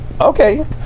Okay